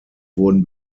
wurden